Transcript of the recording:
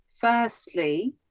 firstly